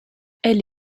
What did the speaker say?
elle